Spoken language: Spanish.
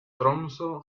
tromsø